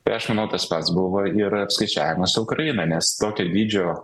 tai aš manau tas pats buvo ir apskaičiavimas ukrainai nes tokio dydžio